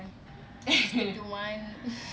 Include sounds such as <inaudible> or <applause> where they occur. <laughs>